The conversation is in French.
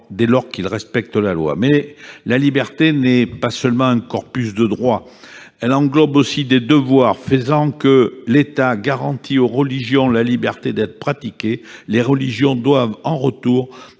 dès lors qu'ils respectent la loi. Cependant, la laïcité n'est pas seulement un corpus de droits. Elle englobe aussi des devoirs. Si l'État garantit aux religions la liberté d'être pratiquées, celles-ci doivent, en retour,